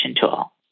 tool